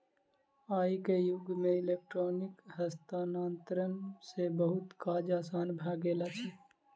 आई के युग में इलेक्ट्रॉनिक हस्तांतरण सॅ बहुत काज आसान भ गेल अछि